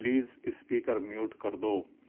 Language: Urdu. پلیز اسپیکر میوٹ کر دو